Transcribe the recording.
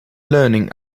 learning